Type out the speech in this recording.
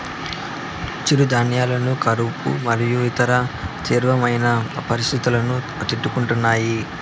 చిరుధాన్యాలు కరువు మరియు ఇతర తీవ్రమైన పరిస్తితులను తట్టుకుంటాయి